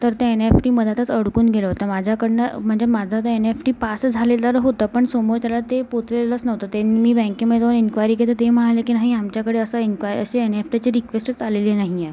तर ते N F T मध्यातच अडकून गेलं होतं माझ्याकडून म्हणजे माझा जो एन एफ टी पास झालेलं होतं पण समोरच्याला ते पोचलेलंच नव्हतं ते मी बँकेमध्ये जाऊन एनक्वायरी केली तर ते म्हणाले की नाही आमच्याकडे असं एनक्वा अशी एन एफ टीची रिक्वेस्टच आलेली नाही आहे